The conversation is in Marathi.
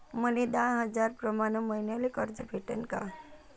मले दहा हजार प्रमाण मईन्याले कर्ज भेटन का?